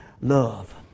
Love